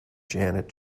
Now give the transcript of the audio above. janet